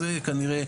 אז כנראה,